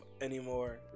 anymore